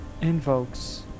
invokes